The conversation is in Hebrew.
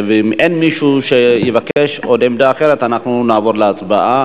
אם אין מישהו שיבקש עוד עמדה אחרת אנחנו נעבור להצבעה,